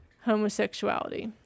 homosexuality